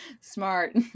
Smart